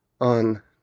on